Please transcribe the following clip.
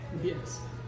Yes